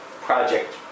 project